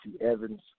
Evans